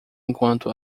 enquanto